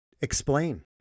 explain